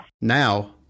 Now